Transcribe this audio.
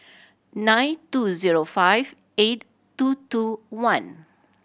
nine two zero five eight two two one